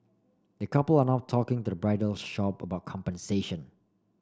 the couple are now talking to the bridal shop about compensation